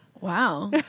wow